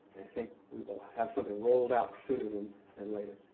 think we will have something rolled out sooner than than later.